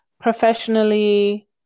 professionally